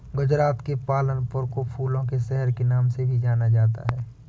गुजरात के पालनपुर को फूलों के शहर के नाम से भी जाना जाता है